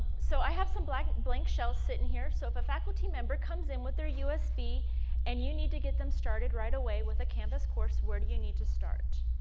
so i have some blank blank shells sitting here. so if a faculty member comes in with their usp and you need to get them started right away with the canvas course where do you need to start?